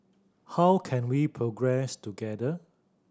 how can we progress together